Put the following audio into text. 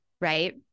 right